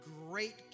great